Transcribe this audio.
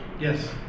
Yes